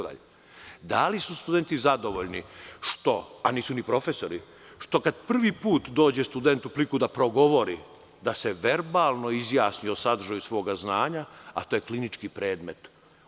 Da li su studenti zadovoljni, a nisu ni profesori, što kad prvi put dođe student u priliku da progovori, da se verbalno izjasni o sadržaju svog znanja, a to je klinički predmet?